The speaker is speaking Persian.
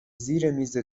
زیرمیز